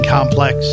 Complex